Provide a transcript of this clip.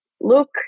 look